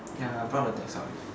ya I brought the decks out ready